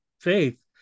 faith